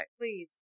Please